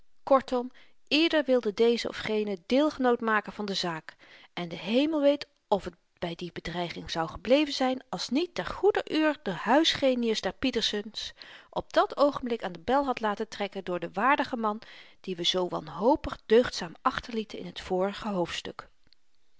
kortom ieder wilde dezen of genen deelgenoot maken van de zaak en de hemel weet of t by die bedreiging zou gebleven zyn als niet ter goeder uur de huisgenius der pietersens op dat oogenblik aan de bel had laten trekken door den waardigen man dien we zoo wanhopig deugdzaam achterlieten in t vorige hoofdstuk